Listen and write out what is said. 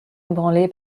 ébranlé